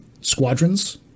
Squadrons